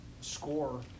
score